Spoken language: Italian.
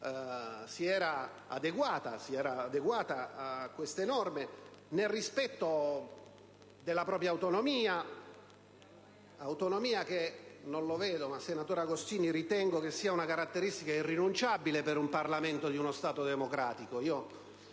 si era adeguata a queste norme nel rispetto della propria autonomia che - senatore Agostini - ritengo sia una caratteristica irrinunciabile per un Parlamento di uno Stato democratico.